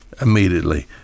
immediately